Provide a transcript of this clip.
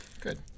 Good